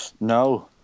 No